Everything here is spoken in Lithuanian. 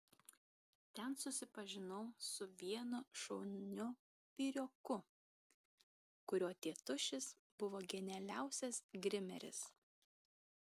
ten susipažinau su vienu šauniu vyrioku kurio tėtušis buvo genialiausias grimeris